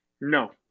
No